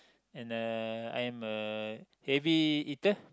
and uh I am a heavy eater